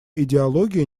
идеология